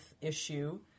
issue